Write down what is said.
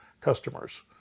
customers